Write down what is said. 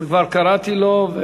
כבר קראתי לו.